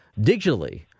digitally